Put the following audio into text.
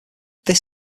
this